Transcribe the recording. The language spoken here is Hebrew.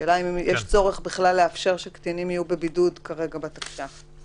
השאלה אם בכלל יש צורך לאפשר שקטינים יהיו בבידוד כרגע בתקש"ח?